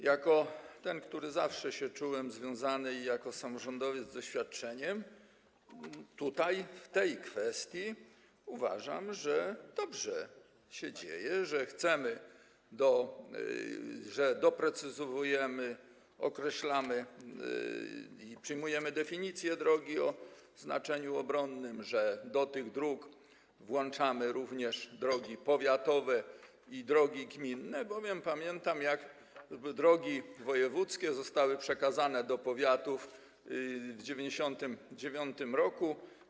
Jako ten, który zawsze czuł się z tym związany, i jako samorządowiec z doświadczeniem tutaj, w tej kwestii uważam, że dobrze się dzieje, że doprecyzowujemy, określamy i przyjmujemy definicję drogi o znaczeniu obronnym i że do tych dróg włączamy również drogi powiatowe i drogi gminne, bowiem pamiętam, jak drogi wojewódzkie zostały przekazane do powiatów w 1999 r.